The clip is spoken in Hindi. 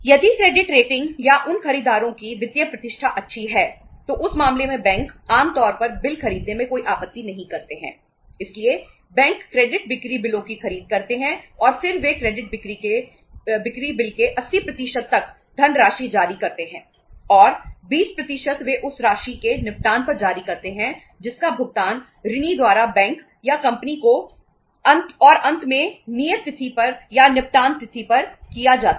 यदि क्रेडिट रेटिंग बिक्री बिल के 80 तक धनराशि जारी करते हैं और 20 वे उस राशि के निपटान पर जारी करते हैं जिसका भुगतान ऋणी द्वारा बैंक या कंपनी को अंत में नियत तिथि पर या निपटान तिथि पर किया जाता है